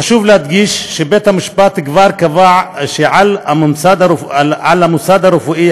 חשוב להדגיש שבית המשפט כבר קבע שעל המוסד הרפואי